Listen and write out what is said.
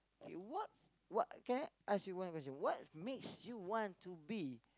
K what's what can I ask you one question what makes you want to be